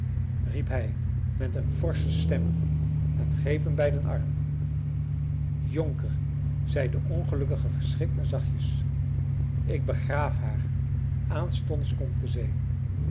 riep hij met een forsche stem en greep hem bij den arm jonker zei de ongelukkige verschrikt en zachtjes ik begraaf haar aanstonds komt de zee